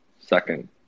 second